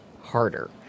harder